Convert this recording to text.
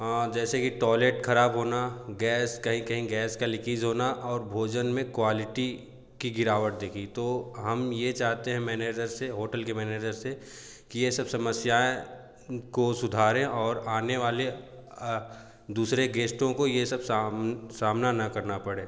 हाँ जैसे की टॉयलेट ख़राब होना गैस कहीं कहीं गैस का लीकेज होना और भोजन में क्वालिटी की गिरावट देखी तो हम यह चाहते हैं मैनेजर से होटल के मैनेजर से कि यह सब समस्याएँ को सुधारें और आने वाले दूसरे गेस्टों को यह सब सामना न करना पड़े